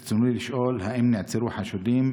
ברצוני לשאול: 1. האם נעצרו חשודים?